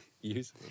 use